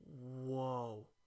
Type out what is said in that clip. whoa